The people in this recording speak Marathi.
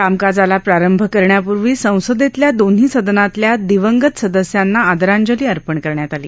कामकाजाला प्रारंभ करण्यापूर्वी संसदेच्या दोन्ही सदनातल्या दिवंगत सदस्यांना आदरांजली अर्पण करण्यात आली